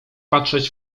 patrzeć